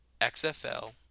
XFL